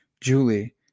Julie